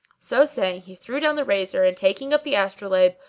so saying, he threw down the razor and taking up the astrolabe,